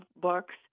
books